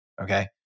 okay